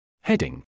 Heading